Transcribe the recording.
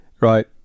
Right